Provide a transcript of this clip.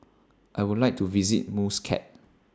I Would like to visit Muscat